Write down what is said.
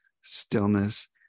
stillness